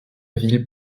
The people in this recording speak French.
ville